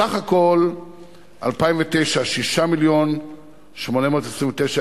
סך הכול: 2009, 6 מיליון ו-829,467